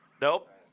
Nope